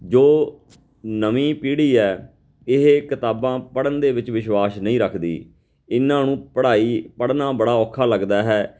ਜੋ ਨਵੀਂ ਪੀੜ੍ਹੀ ਹੈ ਇਹ ਕਿਤਾਬਾਂ ਪੜ੍ਹਨ ਦੇ ਵਿੱਚ ਵਿਸ਼ਵਾਸ ਨਹੀਂ ਰੱਖਦੀ ਇਹਨਾਂ ਨੂੰ ਪੜ੍ਹਾਈ ਪੜ੍ਹਨਾ ਬੜਾ ਔਖਾ ਲੱਗਦਾ ਹੈ